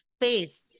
face